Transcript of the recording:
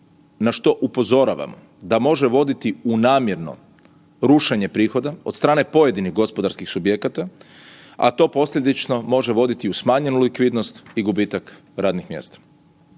Na što upozoravam da može voditi u namjerno rušenje prihoda od strane pojedinih gospodarskih subjekata, a to posljedično može voditi u smanjenu likvidnost i gubitak radnih mjesta.